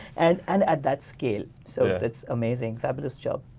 and and at that scale. so yeah it's amazing, fabulous job.